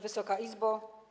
Wysoka Izbo!